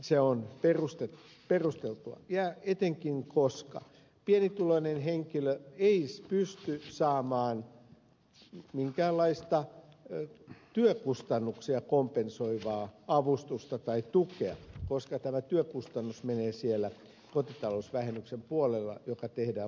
se on perusteltua etenkin koska pienituloinen henkilö ei pysty saamaan minkäänlaista työkustannuksia kompensoivaa avustusta tai tukea koska tämä työkustannus menee kotitalousvähennyksen puolella ja tehdään valtionverosta